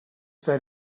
that